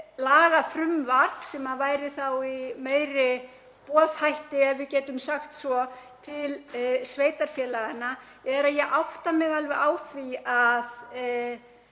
lagafrumvarps, sem væri þá í meiri boðhætti, ef við getum sagt svo, til sveitarfélaganna, er að ég átta mig alveg á því að